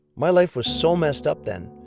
my life was so messed up then.